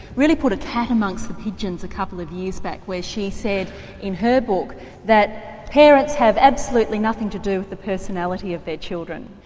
really put a cat amongst the pigeons a couple of years back, where she said in her book that parents have absolutely nothing to do with the personality of their children.